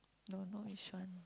don't know which one